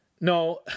No